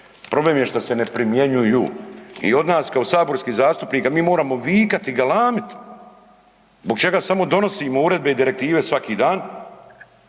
Problem je što se ne primjenjuju. I od nas kao saborskih zastupnika mi moramo vikati i galamiti zbog čega samo donosimo uredbe i direktive svaki dan,